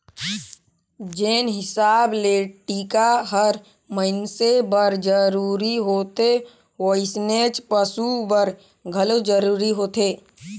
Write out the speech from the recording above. जेन हिसाब ले टिका हर मइनसे बर जरूरी होथे वइसनेच पसु बर घलो जरूरी होथे